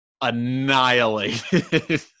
annihilated